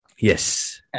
yes